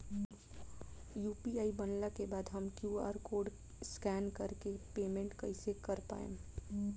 UPI बनला के बाद हम क्यू.आर कोड स्कैन कर के पेमेंट कइसे कर पाएम?